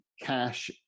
cash